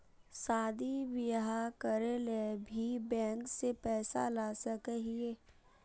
शादी बियाह करे ले भी बैंक से पैसा ला सके हिये?